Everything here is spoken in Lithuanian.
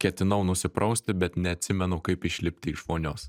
ketinau nusiprausti bet neatsimenu kaip išlipti iš vonios